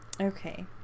okay